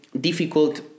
difficult